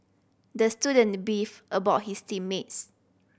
the student beefed about his team mates